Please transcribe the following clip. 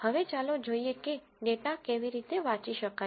હવે ચાલો જોઈએ કે ડેટા કેવી રીતે વાંચી શકાય